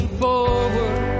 forward